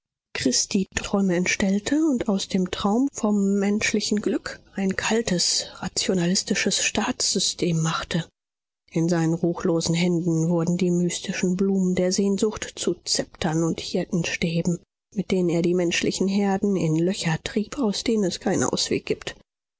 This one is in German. christi träume entstellte und aus dem traum vom menschlichen glück ein kaltes rationalistisches staatssystem machte in seinen ruchlosen händen wurden die mystischen blumen der sehnsucht zu zeptern und hirtenstäben mit denen er die menschlichen herden in löcher trieb aus denen es keinen ausweg gibt